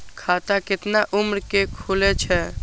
खाता केतना उम्र के खुले छै?